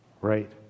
Right